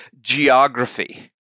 geography